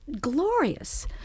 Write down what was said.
glorious